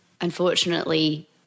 unfortunately